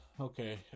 okay